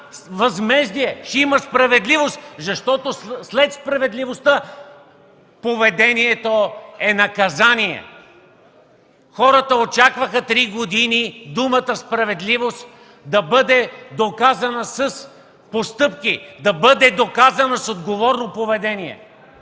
възмездие, ще има справедливост, защото след справедливостта поведението е наказание. Хората очакваха три години думата „справедливост” да бъде доказана с постъпки, да бъде доказана с отговорно поведение.